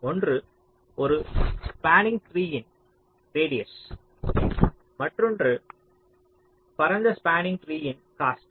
ஒன்று ஒரு ஸ்பாண்ணிங் ட்ரீயின் ரேடியஸ் மற்றும் மற்றது பரந்த ஸ்பாண்ணிங் ட்ரீயின் காஸ்ட்